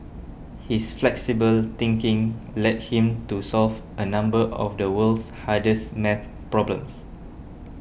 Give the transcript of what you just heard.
his flexible thinking led him to solve a number of the world's hardest math problems